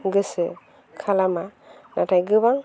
गोसो खालामा नाथाय गोबां